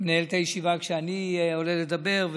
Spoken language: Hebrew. מנהל את הישיבה כשאני עולה לדבר.